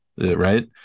Right